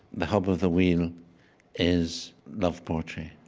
the hub of the wheel is love poetry,